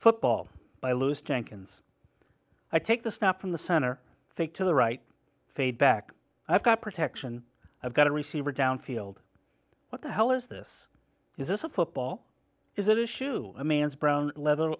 football by louis cancun's i take the snap from the center think to the right feedback i've got protection i've got a receiver down field what the hell is this is this a football is an issue a man's brown leather